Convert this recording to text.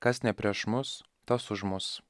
kas ne prieš mus tas už mus